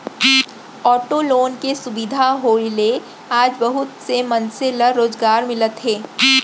auto loan के सुबिधा होए ले आज बहुत से मनसे ल रोजगार मिलत हे